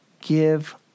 give